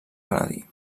penedir